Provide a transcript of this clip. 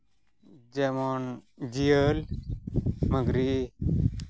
ᱡᱮᱢᱚᱱ ᱡᱤᱭᱟᱹᱞ ᱢᱟᱝᱜᱽᱨᱤ